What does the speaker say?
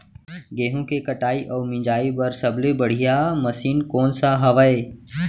गेहूँ के कटाई अऊ मिंजाई बर सबले बढ़िया मशीन कोन सा हवये?